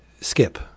Skip